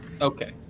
Okay